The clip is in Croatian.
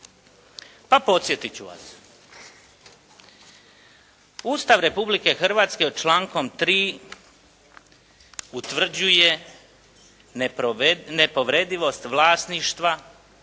Pa podsjetiti ću vas. Ustav Republike Hrvatske člankom 3. utvrđuje nepovredivost vlasništva